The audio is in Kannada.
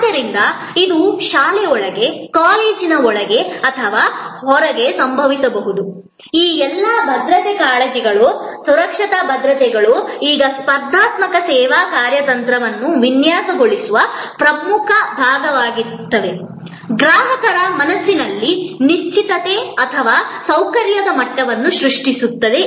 ಆದ್ದರಿಂದ ಇದು ಶಾಲೆಯೊಳಗೆ ಕಾಲೇಜಿನ ಒಳಗೆ ಅಥವಾ ಹೊರಗೆ ಸಂಭವಿಸಬಹುದು ಈ ಎಲ್ಲಾ ಭದ್ರತಾ ಕಾಳಜಿಗಳು ಮತ್ತು ಸುರಕ್ಷತಾ ಭರವಸೆಗಳು ಈಗ ಸ್ಪರ್ಧಾತ್ಮಕ ಸೇವಾ ಕಾರ್ಯತಂತ್ರವನ್ನು ವಿನ್ಯಾಸಗೊಳಿಸುವ ಪ್ರಮುಖ ಭಾಗವಾಗುತ್ತಿವೆ ಗ್ರಾಹಕರ ಮನಸ್ಸಿನಲ್ಲಿ ನಿಶ್ಚಿತತೆ ಅಥವಾ ಸೌಕರ್ಯದ ಮಟ್ಟವನ್ನು ಸೃಷ್ಟಿಸುತ್ತವೆ